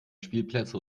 spielplätze